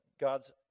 God's